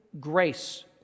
grace